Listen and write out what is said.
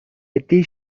عدهای